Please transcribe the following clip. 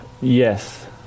Yes